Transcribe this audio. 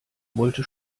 wollte